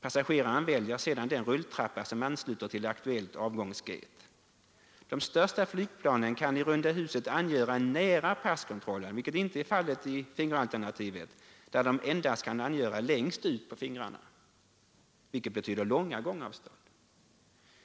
Passageraren väljer sedan den rulltrappa som ansluter till aktuell avgångsgate. De största flygplanen kan i runda huset angöra nära passkontrollen, vilket inte är fallet i fingeralternativet, där de endast kan angöra längst ut på fingrarna; detta betyder långa gångavstånd.